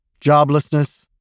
Joblessness